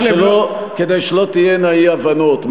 כדי שלא תהיינה אי-הבנות,